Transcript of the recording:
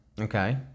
Okay